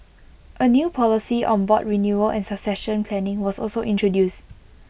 A new policy on board renewal and succession planning was also introduced